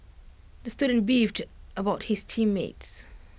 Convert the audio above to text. the student beefed about his team mates